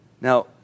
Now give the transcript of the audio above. Now